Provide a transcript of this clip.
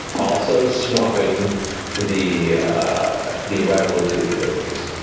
also swapping the the arrival of two of the abilities.